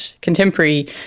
contemporary